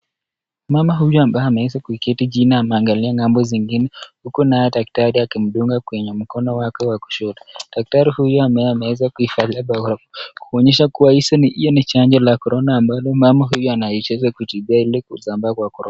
Mama huyu ambaye ameweza kuketi chini ameangalia zingine huku naye daktari akimdunga kwenye mkono wake ya kushoto. Daktari huyu ambaye ameweza kuivalia barakoa kuonyesha kuwa hii ni chanjo ya [ corona] ambayo mama huyu ana